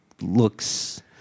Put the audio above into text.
looks